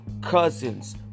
...cousins